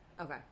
Okay